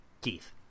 Keith